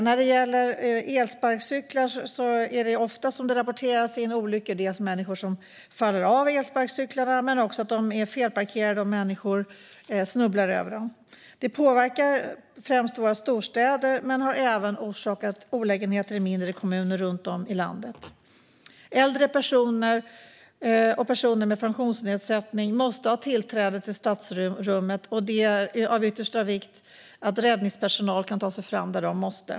När det gäller elsparkcyklar rapporteras det ofta in olyckor, inte bara där människor faller av elsparkcyklarna utan också för att elsparkcyklarna är felparkerade och människor snubblar över dem. Det påverkar främst våra storstäder men har även orsakat olägenheter i mindre kommuner runt om i landet. Äldre personer och personer med funktionsnedsättning måste ha tillträde till stadsrummet, och det är av yttersta vikt att räddningspersonal kan ta sig fram där de måste.